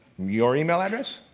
your email address,